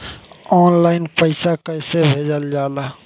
Online पैसा कैसे भेजल जाला?